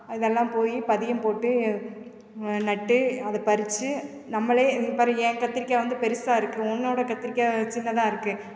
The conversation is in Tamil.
இதெல்லாம் போய் பதியம் போட்டு நட்டு அதை பறித்து நம்மளே இங்கே பார் என் கத்திரிக்காய் வந்து பெருசாக இருக்குது உன்னோடய கத்திரிக்காய் சின்னதாக இருக்குது